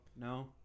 no